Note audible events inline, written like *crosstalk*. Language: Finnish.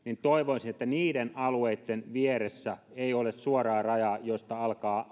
toivoisin että niiden alueitten vieressä ei ole suoraa rajaa josta alkaa *unintelligible*